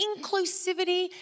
inclusivity